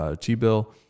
T-bill